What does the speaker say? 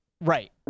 Right